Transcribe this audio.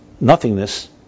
nothingness